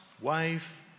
wife